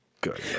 good